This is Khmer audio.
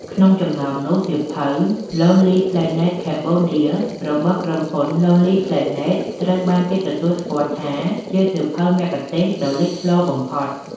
ក្នុងចំណោមនោះ សៀវភៅ “Lonely Planet Cambodia” របស់ក្រុមហ៊ុន Lonely Planet ត្រូវបានគេទទួលស្គាល់ថាជាសៀវភៅមគ្គុទ្ទេសក៍ដ៏លេចធ្លោបំផុត។